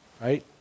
right